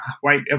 white